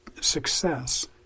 success